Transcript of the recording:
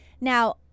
Now